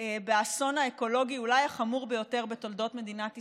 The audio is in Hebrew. באסון האקולוגי אולי החמור ביותר בתולדות מדינת ישראל,